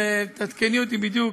תעדכני אותי בדיוק,